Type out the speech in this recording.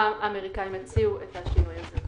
האמריקאים הציעו את השינוי הזה.